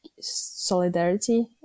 Solidarity